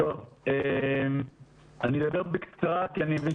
אני אבקש מאורלי ליימן